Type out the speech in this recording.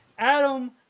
Adam